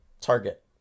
target